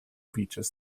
beaches